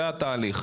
זה התהליך.